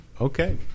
Okay